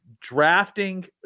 drafting